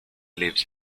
lives